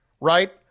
right